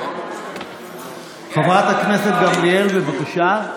חברת הכנסת גמליאל, בבקשה.